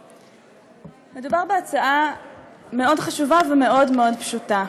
מדובר בהצעה מאוד חשובה ומאוד מאוד פשוטה.